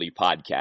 podcast